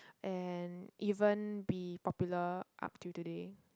and even be popular up till today